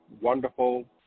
wonderful